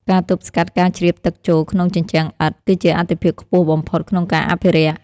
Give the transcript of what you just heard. ការទប់ស្កាត់ការជ្រាបទឹកចូលក្នុងជញ្ជាំងឥដ្ឋ គឺជាអាទិភាពខ្ពស់បំផុតក្នុងការអភិរក្ស។